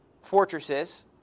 fortresses